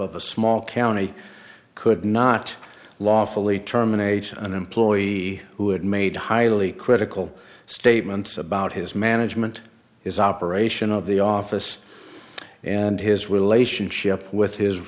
of a small county could not lawfully terminate an employee who had made highly critical statements about his management his operation of the office and his relationship with his